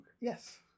yes